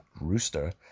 Rooster